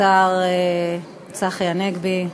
השר צחי הנגבי,